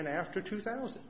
and after two thousand